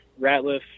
Ratliff